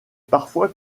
parfois